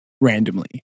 randomly